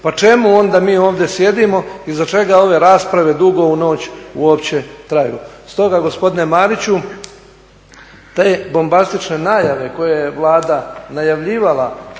Pa čemu onda mi ovdje sjedimo i za čega ove rasprave dugo u noć uopće traju. Stoga gospodine Mariću te bombastične najave koje je Vlada najavljivala